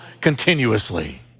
continuously